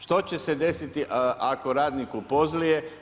Što će se desiti ako radniku pozlije?